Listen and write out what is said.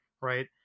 right